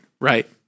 right